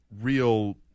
real